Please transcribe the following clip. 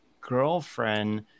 girlfriend